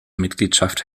mitgliedschaft